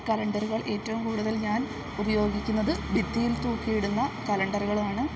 കലണ്ടറുകൾ ഏറ്റവും കൂടുതൽ ഞാൻ ഉപയോഗിക്കുന്നത് ഭിത്തിയിൽ തൂക്കിയിടുന്ന കലണ്ടറുകളാണ്